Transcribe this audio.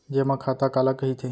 जेमा खाता काला कहिथे?